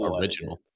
original